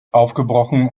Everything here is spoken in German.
aufgebrochen